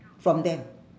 from them